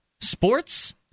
Sports